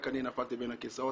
רק אני נפלתי בין הכיסאות,